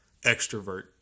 extrovert